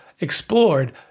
explored